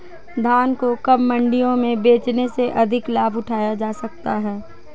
धान को कब मंडियों में बेचने से अधिक लाभ उठाया जा सकता है?